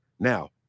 Now